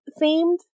themed